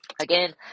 Again